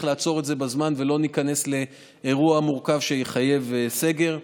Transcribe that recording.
לעצור את זה בזמן ולא ניכנס לאירוע מורכב שיחייב סגר.